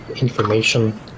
information